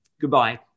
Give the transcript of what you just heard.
Goodbye